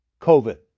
COVID